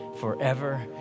forever